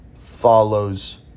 follows